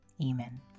Amen